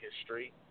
history